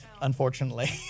unfortunately